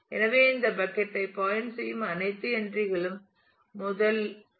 எனவே இந்த பக்கட் யை பாயின்ட் செய்யும் அனைத்து என்றிகளும் முதல் ஐ